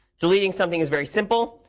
deleting something is very simple.